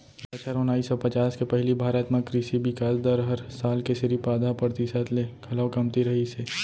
बछर ओनाइस सौ पचास के पहिली भारत म कृसि बिकास दर हर साल के सिरिफ आधा परतिसत ले घलौ कमती रहिस हे